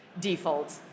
default